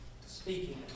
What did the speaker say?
Speaking